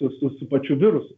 su su su pačiu virusu